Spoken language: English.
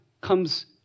comes